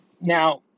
Now